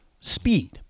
Speed